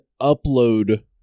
upload